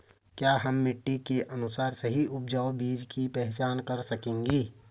क्या हम मिट्टी के अनुसार सही उपजाऊ बीज की पहचान कर सकेंगे?